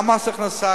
גם מס הכנסה,